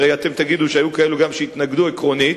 הרי אתם תגידו שהיו כאלה שהתנגדו גם עקרונית,